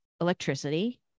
electricity